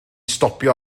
stopio